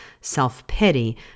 self-pity